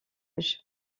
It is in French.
âge